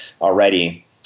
already